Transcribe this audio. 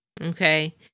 Okay